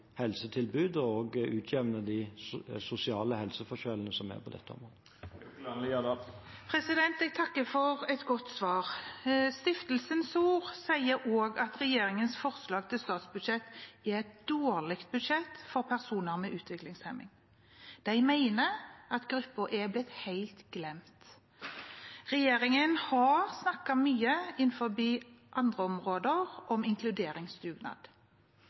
helsetilbud og å utjevne de sosiale helseforskjellene som er på dette området. Jeg takker for et godt svar. Stiftelsen SOR sier også at regjeringens forslag til statsbudsjett er et dårlig budsjett for personer med utviklingshemning. De mener at gruppen er blitt helt glemt. Regjeringen har snakket mye om inkluderingsdugnad innenfor andre områder.